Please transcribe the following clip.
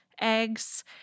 eggs